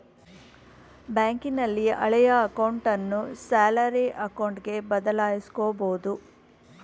ಬ್ಯಾಂಕಿನಲ್ಲಿ ಹಳೆಯ ಅಕೌಂಟನ್ನು ಸ್ಯಾಲರಿ ಅಕೌಂಟ್ಗೆ ಬದಲಾಯಿಸಕೊಬೋದು